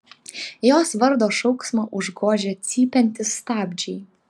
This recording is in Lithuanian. jos vardo šauksmą užgožia cypiantys stabdžiai